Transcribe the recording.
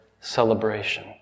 celebration